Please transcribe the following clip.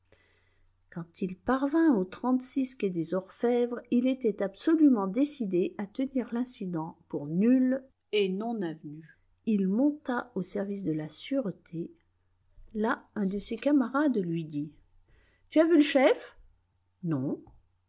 quand il parvint au quai des orfèvres il était absolument décidé à tenir l'incident pour nul et non avenu il monta au service de la sûreté là un de ses camarades lui dit tu as vu le chef non